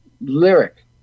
lyric